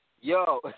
Yo